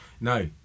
No